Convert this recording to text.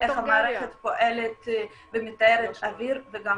איך המערכת פועלת ומטהרת אויר וגם